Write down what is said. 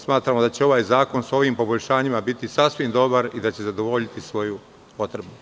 Smatramo da će ovaj zakon sa ovim poboljšanjima biti sasvim dobar i da će zadovoljiti svoju potrebu.